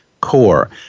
Core